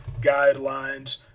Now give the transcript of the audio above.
guidelines